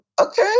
Okay